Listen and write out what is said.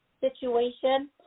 situation